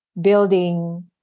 building